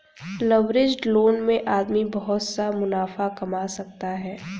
leveraged loan में आदमी बहुत सा मुनाफा कमा सकता है